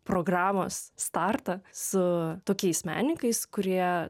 programos startą su tokiais menininkais kurie